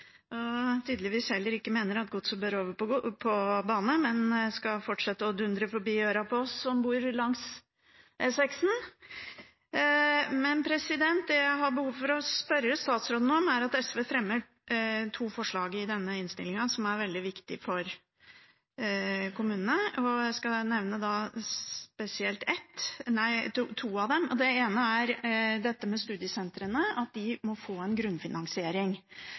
og tydeligvis heller ikke mener at gods bør over på bane, men at det skal fortsette å dundre forbi ørene på oss som bor langs E6. Det jeg har behov for å spørre statsråden om, gjelder forslag som SV fremmer i denne innstillingen, og som er veldig viktig for kommunene. Jeg skal nevne spesielt to av dem. Det ene er dette med studiesentrene, at de må få en grunnfinansiering.